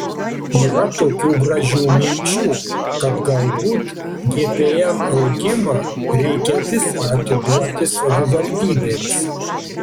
yra tokių gražių minčių kad galbūt gpm augimą reikia visą atiduoti savivaldybėms